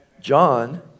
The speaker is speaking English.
John